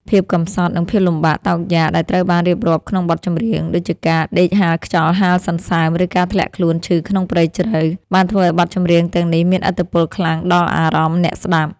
ភាពកំសត់ និងភាពលំបាកតោកយ៉ាកដែលត្រូវបានរៀបរាប់ក្នុងបទចម្រៀង ដូចជាការដេកហាលខ្យល់ហាលសន្សើម ឬការធ្លាក់ខ្លួនឈឺក្នុងព្រៃជ្រៅ បានធ្វើឱ្យបទចម្រៀងទាំងនេះមានឥទ្ធិពលខ្លាំងដល់អារម្មណ៍អ្នកស្ដាប់។